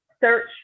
search